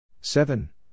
Seven